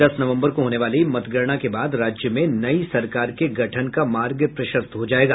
दस नवम्बर को होने वाली मतगणना के बाद राज्य में नई सरकार के गठन का मार्ग प्रशस्त हो जायेगा